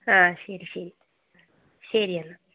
ആ ശരി ശരി ശരിയെന്നാൽ